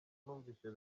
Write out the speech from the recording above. numvise